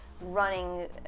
running